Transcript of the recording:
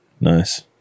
nice